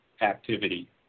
activity